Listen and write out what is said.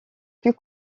plus